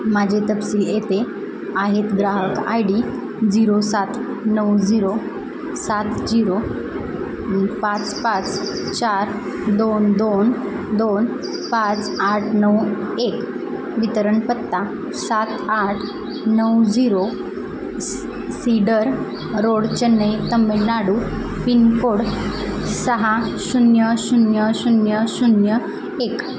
माझे तपशील येथे आहेत ग्राहक आय डी झिरो सात नऊ झिरो सात झिरो पाच पाच चार दोन दोन दोन पाच आठ नऊ एक वितरण पत्ता सात आठ नऊ zero cedar road Chennai Tamil Nadu pin code सहा शून्य शून्य शून्य शून्य एक